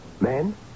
Men